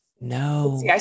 no